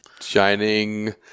shining